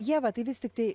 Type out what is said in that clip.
ieva tai vis tiktai